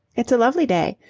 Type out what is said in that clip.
it's a lovely day.